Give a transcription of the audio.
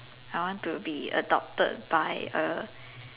I want to be adopted by a